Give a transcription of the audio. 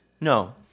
No